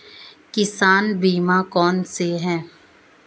किसान बीमा कौनसे हैं?